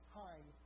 time